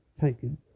taken